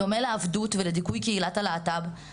בדומה לעבדות ולדיכוי קהילת הלהט"ב,